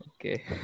Okay